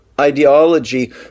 ideology